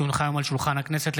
כי הונחו היום על שולחן הכנסת,